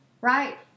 Right